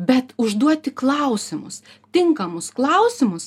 bet užduoti klausimus tinkamus klausimus